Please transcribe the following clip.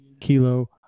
Kilo